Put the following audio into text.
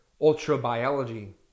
ultra-biology